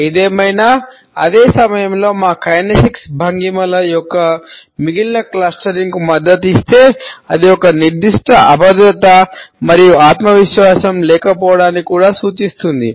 ఏదేమైనా అదే సమయంలో మా కైనెసిక్స్ మరియు ఆత్మవిశ్వాసం లేకపోవడాన్ని కూడా సూచిస్తుంది